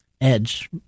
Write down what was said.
edge